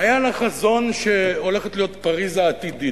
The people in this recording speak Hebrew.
היה לה חזון שהיא הולכת להיות פריס העתידית.